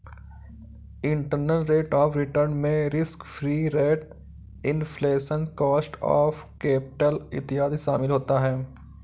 internal rate of return में risk free rate, inflation, cost of capital इत्यादि शामिल होता है